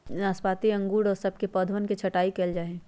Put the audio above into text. नाशपाती अंगूर और सब के पौधवन के छटाई कइल जाहई